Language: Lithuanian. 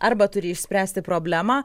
arba turi išspręsti problemą